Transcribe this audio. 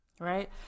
Right